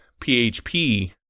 PHP